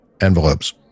envelopes